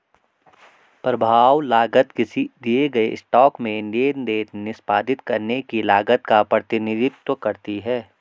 प्रभाव लागत किसी दिए गए स्टॉक में लेनदेन निष्पादित करने की लागत का प्रतिनिधित्व करती है